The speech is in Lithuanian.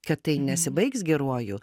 kad tai nesibaigs geruoju